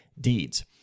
deeds